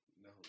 No